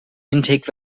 intake